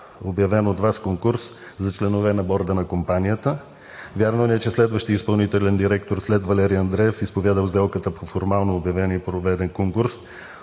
обявен от Вас конкурс за членове на борда на компанията? Вярно ли е, че следващият изпълнителен директор след Валери Андреев, изповядал сделката по формално обявения и проведен конкурс